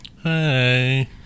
Hey